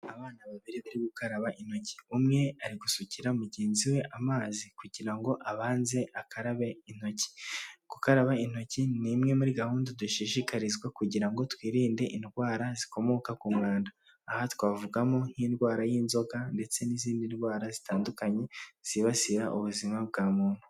Abana babiri bari gukaraba intoki, umwe ari gusukira mugenzi we amazi kugirango ngo abanze akarabe intoki. Gukaraba intoki ni imwe muri gahunda dushishikarizwa kugira ngo twirinde indwara zikomoka ku mwanda. Aha twavugamo nk'indwara y'inzoka ndetse n'izindi ndwara zitandukanye zibasira ubuzima bwa muntu.